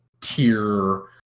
tier